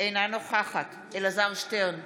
אינה נוכחת אלעזר שטרן,